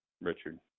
Richard